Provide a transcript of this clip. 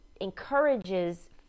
encourages